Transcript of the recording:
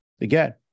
again